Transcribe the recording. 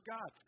God